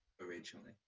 originally